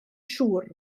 siŵr